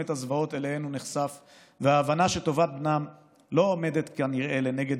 את הזוועות שאליהן הוא נחשף וההבנה שטובת בנם לא עומדת כנראה לנגד